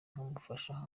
nkamufasha